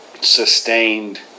sustained